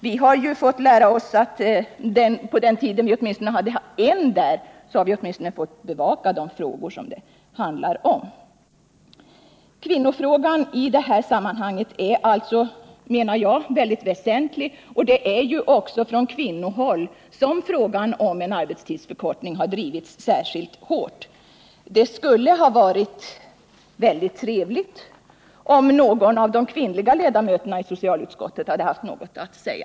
Vi har fått lära oss, på den tiden vi åtminstone hade en ledamot i utskottet, att vi skulle bevaka de frågor som behandlades. Den här frågan är alltså väldigt väsentlig ur kvinnornas synpunkt, och det är också från kvinnohåll som frågan om en arbetstidsförkortning har drivits särskilt hårt. Det skulle ha varit mycket trevligt om någon av de kvinnliga ledamöterna i socialutskottet hade haft något att säga.